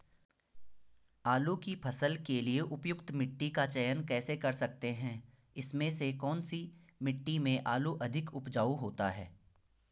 आलू की फसल के लिए उपयुक्त मिट्टी का चयन कैसे कर सकते हैं इसमें से कौन सी मिट्टी में आलू अधिक उपजाऊ होता है?